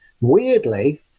weirdly